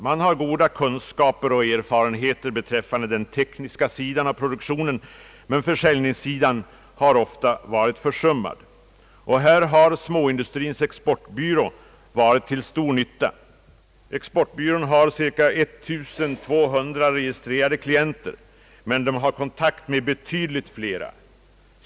Man har goda kunskaper och erfarenheter beträffande den tekniska sidan av produktionen men försäljningssidan har ofta varit försummad. Här har Småindustrins Exportbyrå varit till stor nytta. Exportbyrån har cirka 1200 registrerade klienter, men har kontakt med betydligt flera.